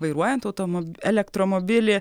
vairuojant automob elektromobilį